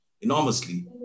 enormously